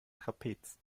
trapez